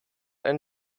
ein